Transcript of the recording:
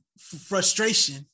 frustration